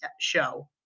show